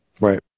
Right